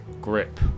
grip